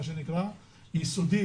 יסודי,